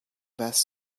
best